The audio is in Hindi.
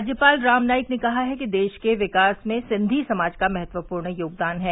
राज्यपाल राम नाईक ने कहा है कि देश के विकास में सिंधी समाज का महत्वपूर्ण योगदान है